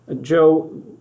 Joe